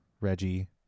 Reggie